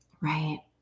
Right